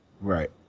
Right